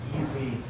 easy